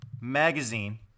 Magazine